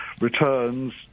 returns